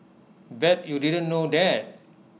bet you didn't know that